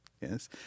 Yes